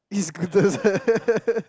E scooters